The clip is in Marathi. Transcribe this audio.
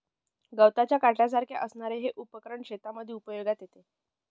गवताच्या काट्यासारख्या असणारे हे उपकरण शेतीमध्ये उपयोगात येते